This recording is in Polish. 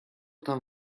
tam